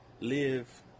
live